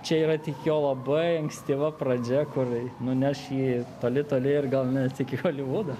čia yra tik jo labai ankstyva pradžia kur nuneš jį toli toli ir gal net iki holivudo